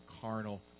carnal